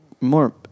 more